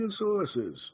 sources